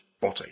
body